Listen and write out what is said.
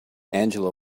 angela